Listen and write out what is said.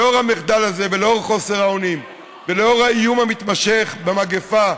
לנוכח המחדל הזה ולנוכח חוסר האונים ולנוכח האיום המתמשך במגפה,